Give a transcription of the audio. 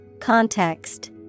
Context